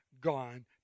gone